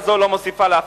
אתה לא נותן לי לסיים.